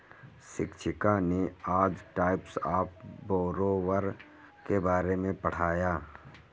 शिक्षिका ने आज टाइप्स ऑफ़ बोरोवर के बारे में पढ़ाया है